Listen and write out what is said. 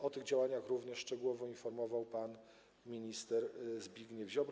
O tych działaniach również szczegółowo informował pan minister Zbigniew Ziobro.